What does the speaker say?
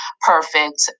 perfect